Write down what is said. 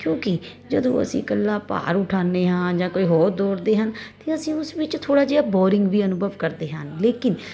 ਕਿਉਂਕਿ ਜਦੋਂ ਅਸੀਂ ਇਕੱਲਾ ਭਾਰ ਉਠਾਦੇ ਆਂ ਜਾਂ ਕੋਈ ਹੋਰ ਦੌੜਦੇ ਹਨ ਤੇ ਅਸੀਂ ਉਸ ਵਿੱਚ ਥੋੜਾ ਜਿਹਾ ਬੋਰਿੰਗ ਵੀ ਅਨੁਭਵ ਕਰਦੇ ਹਨ ਲੇਕਿਨ